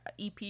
EP